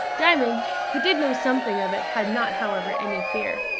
diamond, who did know something of it, had not, however, any fear.